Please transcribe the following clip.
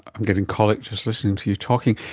i'm getting colic just listening to you talking.